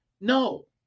No